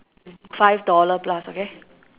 five dollar plus okay